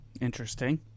Interesting